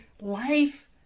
life